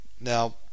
Now